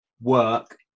work